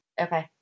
Okay